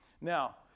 Now